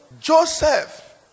Joseph